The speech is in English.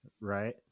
right